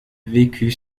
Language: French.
vécu